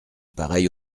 pareille